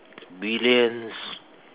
Billions